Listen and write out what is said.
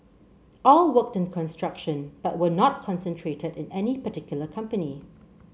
all worked in construction but were not concentrated in any particular company